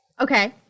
Okay